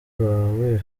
bawe